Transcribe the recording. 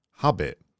habit